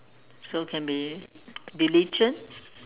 so can be diligent